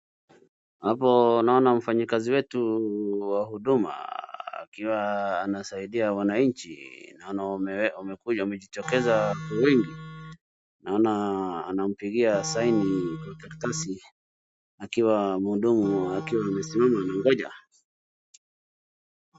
Hapo naona mfanyikazi wetu wa huduma akiwa anasaidia wananchi. Naona wamejitokeza kwa wingi. Naona anampigia saini kwa karatasi akiwa mhudumu akiwa anasimama anangoja.